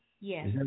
Yes